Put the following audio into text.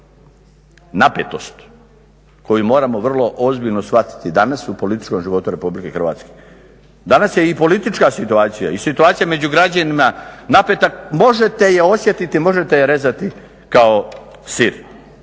Napetost koju moramo vrlo ozbiljno shvatiti, danas u političkom životu RH. Danas je i politička situacija i situacija među građanima napeta, možete je osjetiti, možete je rezati kao sir.